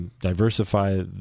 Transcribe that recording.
diversify